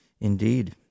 Indeed